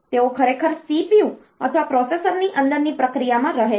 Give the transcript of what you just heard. તેઓ ખરેખર CPU અથવા પ્રોસેસરની અંદરની પ્રક્રિયામાં રહે છે